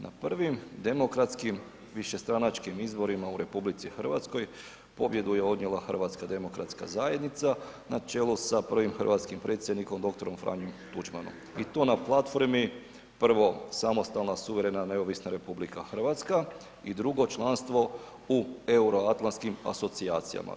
Na prvim demokratskim višestranačkim izborima u RH pobjedu je odnijela HDZ na čelu sa prvim hrvatskim predsjednikom dr. Franjom Tuđmanom i to na platformi, prvo samostalna suverena neovisna RH i drugo članstvo u Euroatlantskim asocijacijama.